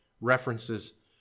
references